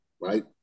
Right